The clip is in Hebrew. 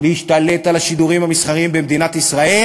להשתלט על השידורים המסחריים במדינת ישראל